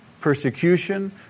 persecution